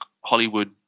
hollywood